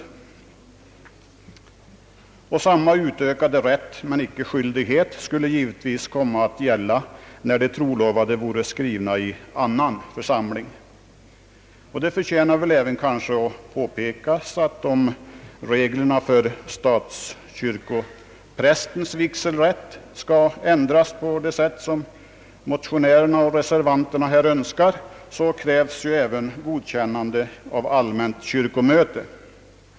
Samma utökade rätt, som alltså inte innebär skyldighet, skulle givetvis komma att gälla när de trolovade är skrivna i annan församling. Det förtjänar kanske även att påpekas att det, om reglerna för statskyrkoprästs vigselrätt skall ändras på det sätt som motionärerna och reservanterna önskar, även krävs godkännande av allmänt kyrkomöte.